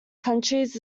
countries